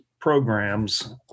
programs